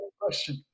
Question